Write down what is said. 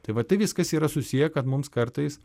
tai va tai viskas yra susiję kad mums kartais